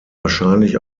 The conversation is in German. wahrscheinlich